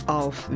auf